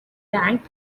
ranked